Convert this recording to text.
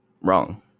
wrong